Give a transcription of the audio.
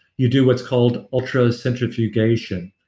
you do what's called ultra-centrifugation.